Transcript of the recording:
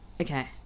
Okay